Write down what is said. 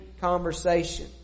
conversation